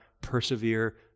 persevere